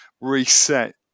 reset